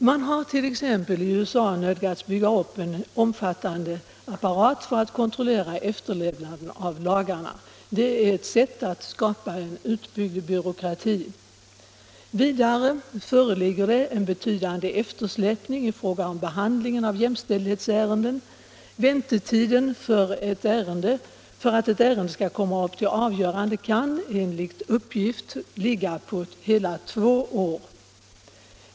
Man har t.ex. i USA nödgats bygga upp en omfattande apparat för att kontrollera efterlevnaden av lagarna. Det är ett sätt att skapa en utbyggd byråkrati. Vidare föreligger en betydande eftersläpning i fråga om behandlingen av jämställdhetsärenden. Väntetiden för att ett ärende skall komma upp till avgörande kan enligt uppgift ligga på hela två år.